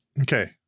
Okay